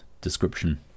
description